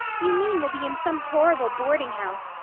you mean we'll be in some horrible boardinghouse,